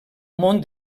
món